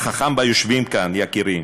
החכם ביושבים כאן, יקירי,